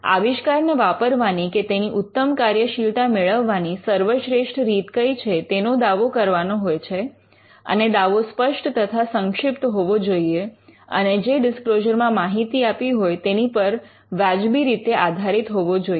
આવિષ્કારને વાપરવાની કે તેની ઉત્તમ કાર્યશીલતા મેળવવાની સર્વશ્રેષ્ઠ રીત કઈ છે તેનો દાવો કરવાનો હોય છે અને દાવો સ્પષ્ટ તથા સંક્ષિપ્ત હોવો જોઈએ અને જે ડિસ્ક્લોઝર માં માહિતી આપી હોય તેની પર વાજબી રીતે આધારિત હોવો જોઈએ